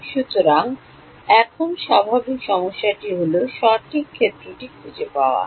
সুতরাং এখন স্বাভাবিক সমস্যাটি হল সঠিক ক্ষেত্রটি খুঁজে পাওয়া